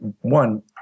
one